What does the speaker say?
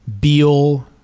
Beal